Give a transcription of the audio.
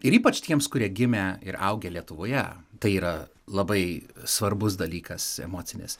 ir ypač tiems kurie gimę ir augę lietuvoje tai yra labai svarbus dalykas emocinis